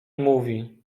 mówi